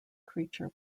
creature